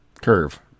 curve